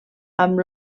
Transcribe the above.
amb